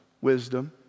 Wisdom